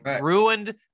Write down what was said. ruined